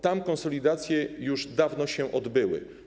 Tam konsolidacje już dawno się odbyły.